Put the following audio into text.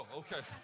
okay